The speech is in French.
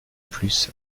plus